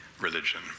religion